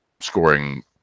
scoring